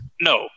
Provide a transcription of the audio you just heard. no